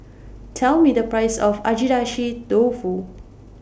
Tell Me The Price of Agedashi Dofu